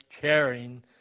caring